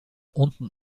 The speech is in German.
unten